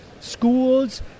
schools